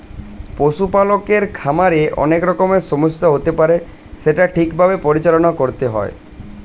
পশু পালকের খামারে অনেক রকমের সমস্যা হতে পারে সেটা ঠিক ভাবে পরিচালনা করতে হয়